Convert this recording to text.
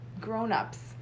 grown-ups